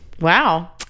wow